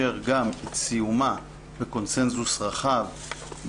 בחוק זכויות החולה לא מתייתר לגמרי רצח של בת זוג